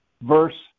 Verse